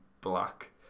black